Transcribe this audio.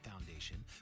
Foundation